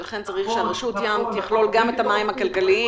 ולכן צריך שרשות הים תכלול גם את המים הכלכליים.